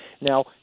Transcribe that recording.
now